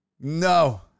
No